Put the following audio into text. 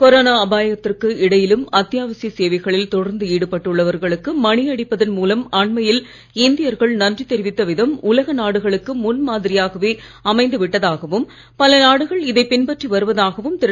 corona அபாயத்திற்கு இடையிலும் அத்தியாவசிய சேவைகளில் தொடர்ந்து ஈடுபட்டு உள்ளவர்களுக்கு மணி அடிப்பதன் மூலம் அண்மையில் இந்தியர்கள் நன்றி தெரிவித்த விதம் உலக நாடுகளுக்கு முன் மாதிரியாகவே அமைந்து விட்டதாகவும் பல நாடுகள் இதை பின்பற்றி வருவதாகவும் திரு